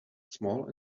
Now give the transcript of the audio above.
small